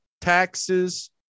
taxes